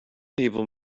people